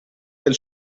del